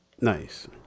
Nice